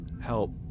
help